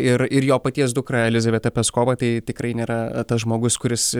ir ir jo paties dukra elizaveta peskova tai tikrai nėra tas žmogus kuris